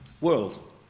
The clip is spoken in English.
world